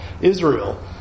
Israel